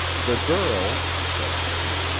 the girl, said betty,